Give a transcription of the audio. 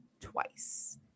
twice